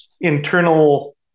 internal